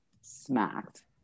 smacked